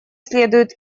следует